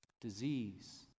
disease